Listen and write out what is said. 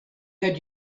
had